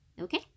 Okay